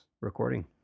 recording